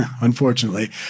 unfortunately